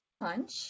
punch